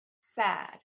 sad